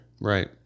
Right